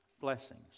blessings